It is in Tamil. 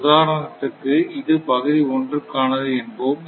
உதாரணத்துக்கு இது பகுதி 1 கானது என்போம்